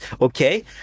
okay